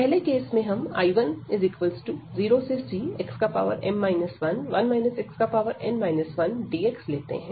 पहले केस में हम I10cxm 11 xn 1dx लेते हैं